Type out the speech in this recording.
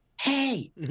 Hey